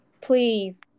please